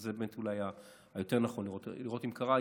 שזה באמת יותר נכון לראות אם קרה,